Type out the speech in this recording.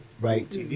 Right